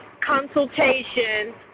consultation